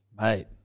Mate